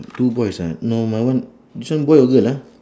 two boys ah no my one this one boy or girl ah